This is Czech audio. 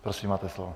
Prosím, máte slovo.